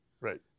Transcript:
Right